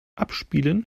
abspielen